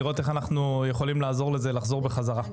לראות איך אנחנו יכולים לעזור לזה לחזור בחזרה.